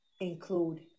include